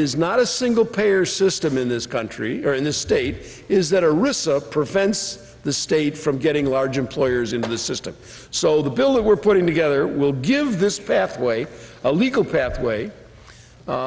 is not a single payer system in this country or in this state is that a risk prevents the state from getting large employers into the system so the bill that we're putting together will give this pathway a legal pathway